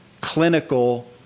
clinical